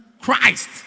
Christ